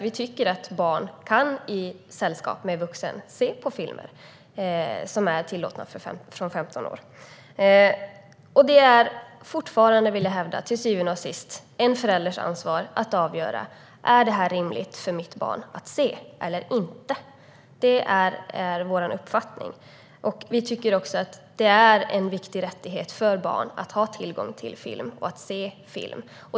Vi tycker att barn i sällskap med vuxen kan se på filmer som är tillåtna från femton år. Fortfarande hävdar jag att det till syvende och sist är en förälders ansvar att avgöra om det är rimligt för barnet att se filmen eller inte. Det är vår uppfattning. Vi tycker också att det är en viktig rättighet för barn att ha tillgång till film och se film.